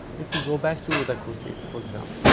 if we go back to the crusades for example,